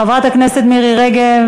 חברת הכנסת מירי רגב.